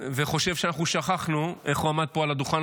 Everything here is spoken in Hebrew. וחושב שאנחנו שכחנו איך הוא עמד על הדוכן